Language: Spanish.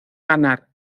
ganar